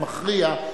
המכריע,